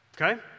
Okay